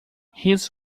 his